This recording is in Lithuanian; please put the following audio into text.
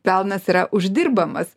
pelnas yra uždirbamas